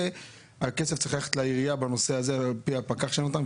הכסף צריך ללכת לעירייה לפי הפקח שנתן,